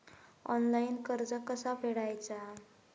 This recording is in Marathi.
ऑनलाइन कर्ज कसा फेडायचा?